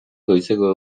goizeko